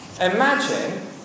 Imagine